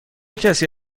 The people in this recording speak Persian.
کسی